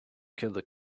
killed